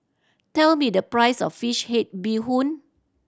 tell me the price of fish head bee hoon